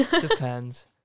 depends